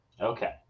Okay